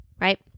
right